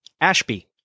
Ashby